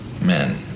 men